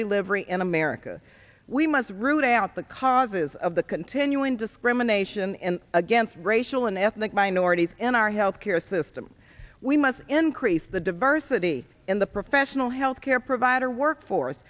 delivery in america we must root out the causes of the continuing discrimination against racial and ethnic minorities in our health care system we must increase the diversity in the professional health care provider workforce